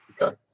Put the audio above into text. Okay